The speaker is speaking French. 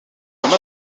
comme